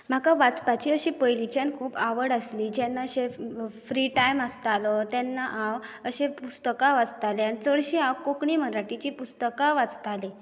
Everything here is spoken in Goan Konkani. म्हाका वाचपाची अशी पयलींच्यान खूब आवड आसली जेन्ना अशें फ्री टायम आसतालो तेन्ना हांव अशीं पुस्तकां वाचतालें चडशें हांव कोंकणी मराठीचीं पुस्तकां वाचतालें